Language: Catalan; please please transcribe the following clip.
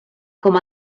com